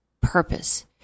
purpose